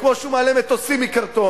כמו שהוא מעלה מטוסים מקרטון.